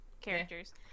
characters